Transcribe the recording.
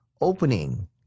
opening